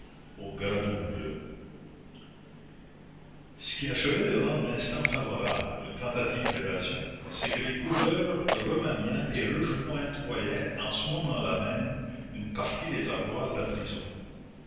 au gras double ce qui achevait de rendre l'instant favorable pour une tentative d'évasion c'est que les couvreurs remaniaient et rejointoyaient en ce moment-là même une partie des ardoises de la prison